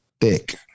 thick